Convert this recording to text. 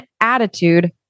attitude